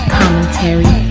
commentary